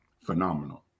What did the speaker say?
phenomenal